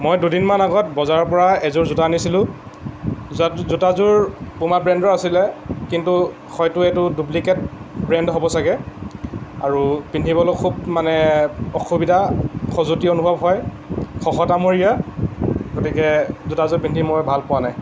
মই দুদিনমান আগত বজাৰৰ পৰা এযোৰ জোতা আনিছিলোঁ জোতা জোতাযোৰ পুমা ব্ৰেণ্ডৰ আছিলে কিন্তু হয়তো এইটো ডুপ্লিকেট ব্ৰেণ্ড হ'ব চাগে আৰু পিন্ধিবলৈয়ো খুব মানে অসুবিধা খজুৱতি অনুভৱ হয় খহটামূৰীয়া গতিকে জোতাযোৰ পিন্ধি মই ভাল পোৱা নাই